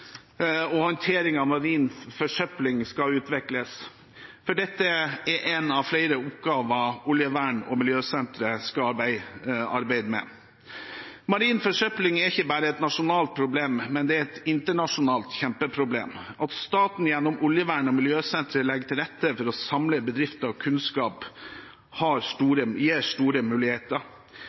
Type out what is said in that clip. og håndtering av marin forsøpling skal utvikles, for dette er én av flere oppgaver Oljevern- og miljøsenteret skal arbeide med. Marin forsøpling er ikke bare et nasjonalt problem, det er også internasjonalt et kjempeproblem. At staten gjennom Oljevern- og miljøsenteret legger til rette for å samle bedrifter og kunnskap, gir store muligheter.